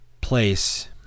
place